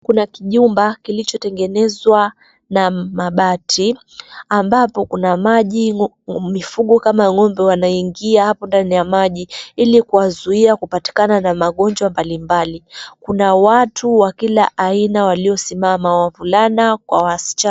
Kuna kijumba kilichotengenezwa na mabati ambapo kuna maji mifugo kama ng'ombe wanaingia hapo ndani ya maji ili kuwazuia kupatikana na magonjwa mbalimbali. Kuna watu wa kila aina waliosimama, wavulana kwa wasichana.